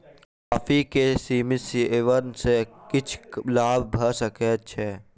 coffee के सीमित सेवन सॅ किछ लाभ भ सकै छै